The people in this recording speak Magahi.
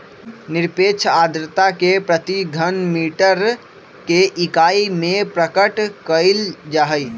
निरपेक्ष आर्द्रता के प्रति घन मीटर के इकाई में प्रकट कइल जाहई